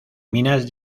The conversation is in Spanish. minas